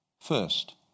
First